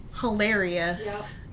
hilarious